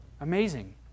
amazing